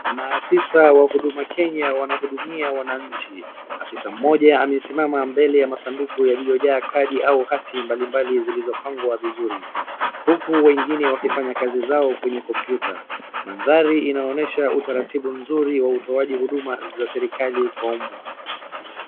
Maafisa wa huduma Kenya wanahudumia wananchi, afisa mmoja amesimama mbele ya masanduku yaliyojaa kadi au hati mbalimali zilizopangwa vizuri, huku wengine wakifanya kazi zao kwenye kompyuta. Mandhari inaonyesha utaratiu mzuri wa utoaji huduma za serikali kwa umma.